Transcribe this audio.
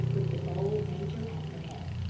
with the bold major at their head.